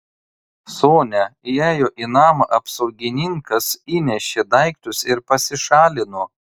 sonia įėjo į namą apsaugininkas įnešė daiktus ir pasišalino